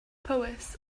powys